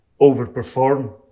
overperform